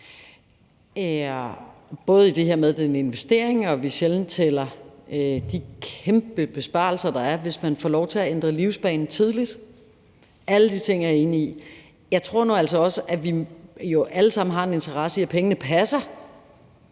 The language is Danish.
det er en investering, og at vi sjældent tæller de kæmpe besparelser med, der er, hvis man får lov til at ændre livsbane tidligt. Alle de ting er jeg enig i. Jeg tror nu altså også, at vi alle sammen har en interesse i, at pengene passer,